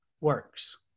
works